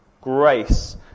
grace